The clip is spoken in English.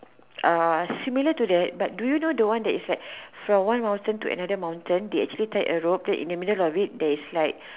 uh similar to that but do you know that from one mountain to another mountain they actually tie a rope in the middle of it that's like